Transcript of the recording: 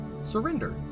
Surrender